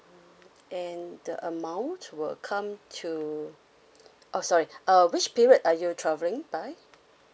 and the amount will come to oh sorry uh which period are you travelling by